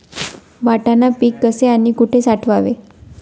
वाटाणा पीक कसे आणि कुठे साठवावे?